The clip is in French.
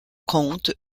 conte